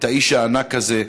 את האיש הענק הזה,